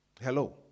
Hello